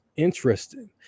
interesting